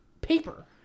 paper